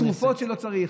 הכול, ותרופות שלא צריך.